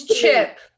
Chip